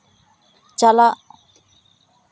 ᱪᱟᱞᱟᱜ